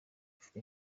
afite